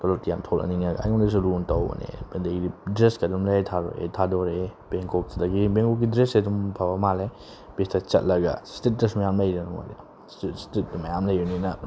ꯊꯣꯛꯂꯛꯇꯤ ꯌꯥꯝ ꯊꯣꯛꯂꯛꯅꯤꯡꯉꯦ ꯑꯩꯉꯣꯟꯗꯁꯨ ꯂꯨꯅ ꯇꯧꯕꯅꯦ ꯑꯗꯒꯤꯗꯤ ꯗ꯭ꯔꯦꯁꯀ ꯑꯗꯨꯝ ꯂꯩꯔ ꯊꯥꯗꯣꯔꯛꯑꯦ ꯕꯦꯡꯀꯣꯛꯇꯒꯤ ꯕꯦꯡꯀꯣꯛꯀꯤ ꯗ꯭ꯔꯦꯁꯁꯦ ꯑꯗꯨꯝ ꯐꯕ ꯃꯥꯜꯂꯦ ꯕꯤꯆꯇ ꯆꯠꯂꯒ ꯏꯁꯇ꯭ꯔꯤꯠꯇꯁꯨ ꯃꯌꯥꯝ ꯂꯩꯗꯅ ꯃꯣꯏꯗꯤ ꯏꯁꯇ꯭ꯔꯤꯠ ꯏꯁꯇ꯭ꯔꯤꯠꯇ ꯃꯌꯥꯝ ꯂꯩꯕꯅꯤꯅ